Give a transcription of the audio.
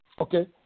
Okay